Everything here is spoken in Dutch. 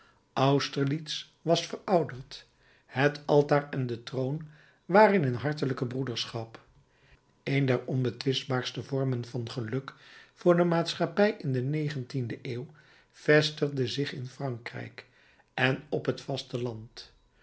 austerlitz was verouderd het altaar en de troon waren in hartelijke broederschap een der onbetwistbaarste vormen van geluk voor de maatschappij in de negentiende eeuw vestigde zich in frankrijk en op het vasteland